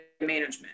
management